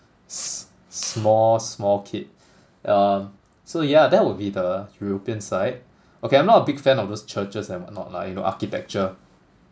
s~ small small kid uh so yeah that would be the european side okay I'm not a big fan of those churches and whatnot lah you know architecture